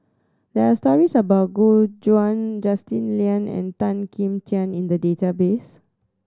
there are stories about Gu Juan Justin Lean and Tan Kim Tian in the database